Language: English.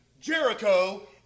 Jericho